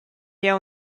jeu